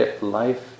life